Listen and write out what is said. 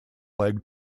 leg